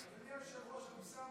אדוני היושב-ראש,